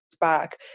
back